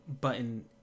button